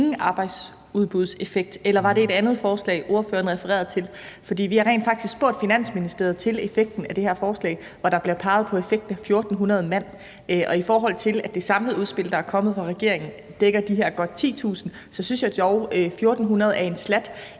arbejdsudbudseffekt ville have, eller var det et andet forslag, ordføreren refererede til? For vi har rent faktisk spurgt Finansministeriet om effekten af det her forslag, hvor der bliver peget på en effekt på 1.400 mand. Og i forhold til at det samlede udspil fra regeringen dækker godt 10.000 mand, synes jeg dog, at de her 1.400 mand er en slat.